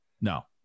No